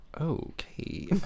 okay